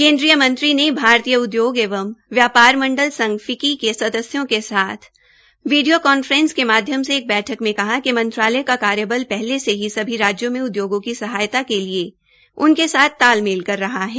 केन्द्रीय मंत्री श्रीमती बादल ने भारतीय उद्योग एवं व्यापार मंडल संघ फिक्की के सदस्यों के साथ वीडियो कांफ्रेस के माध्यम से एक बैठक में कहा कि मंत्रालय कार्यबल पहले से ही सभी राज्यों में उदयोगों की सहायता के लिए उनके साथ तालमेल कर रहा है